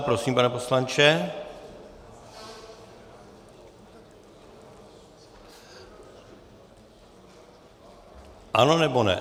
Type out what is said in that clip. Prosím, pane poslanče. . Ano, nebo ne?